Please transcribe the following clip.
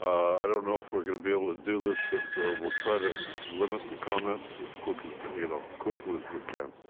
i don't know if we're gonna be able to do this, but we'll try to limit the comments as quickly you know quickly as we can.